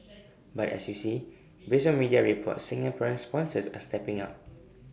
but as you see based on media reports Singaporean sponsors are stepping up